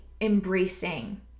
embracing